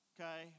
Okay